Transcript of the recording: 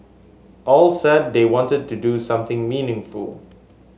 all said they wanted to do something meaningful